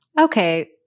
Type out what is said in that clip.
okay